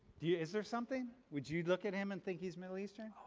do you. is there something? would you look at him and think he's middle eastern?